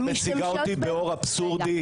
את מציגה אותי באור אבסורדי,